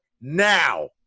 now